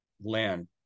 Lynn